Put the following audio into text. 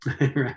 Right